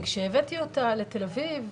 וכשהבאתי אותה לתל אביב.